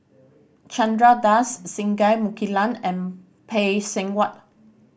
Chandra Das Singai Mukilan and Phay Seng Whatt